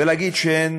ולהגיד שאין